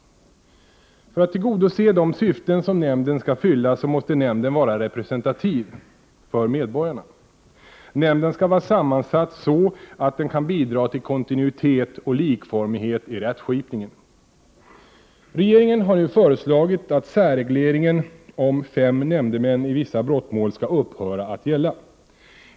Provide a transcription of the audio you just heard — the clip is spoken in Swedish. För att tillgodose de syften som nämnden skall fylla måste nämnden vara representativ för medborgarna. Nämnden skall vara sammansatt så att den kan bidra till kontinuitet och likformighet i rättskipningen. brottmål skall upphöra att gälla.